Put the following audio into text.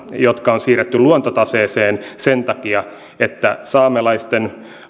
jotka on siirretty luontotaseeseen sen takia että saamelaisten